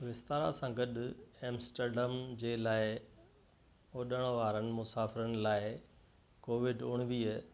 विस्तारा सां गॾु एम्सट्र्डम जे लाइ उॾण वारनि मुसाफ़िरनि लाइ कोविड उणिवीह